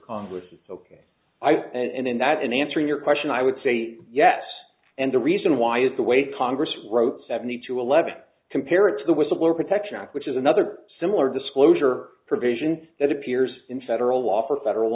congress it's ok i and then that in answering your question i would say yes and the reason why is the way congress wrote seventy two eleven compared to the whistleblower protection act which is another similar disclosure provision that appears in federal law for federal